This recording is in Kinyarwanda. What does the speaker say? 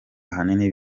ahanini